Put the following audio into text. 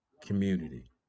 community